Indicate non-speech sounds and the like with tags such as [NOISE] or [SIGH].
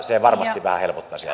se varmasti vähän helpottaisi [UNINTELLIGIBLE]